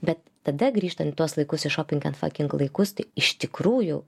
bet tada grįžtam į tuos laikus į šoping ent faking laikus tai iš tikrųjų